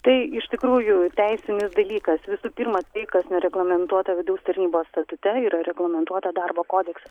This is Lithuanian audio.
tai iš tikrųjų teisinis dalykas visų pirma tai kas nereglamentuota vidaus tarnybos statute yra reglamentuota darbo kodekse